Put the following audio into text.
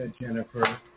Jennifer